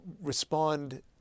respond